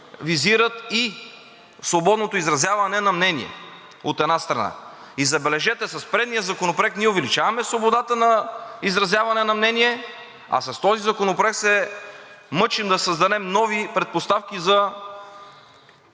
визират и свободното изразяване на мнение, от една страна. И забележете, с предния законопроект ние увеличаваме свободата на изразяване на мнение, а с този законопроект се мъчим да създадем нови предпоставки за